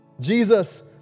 Jesus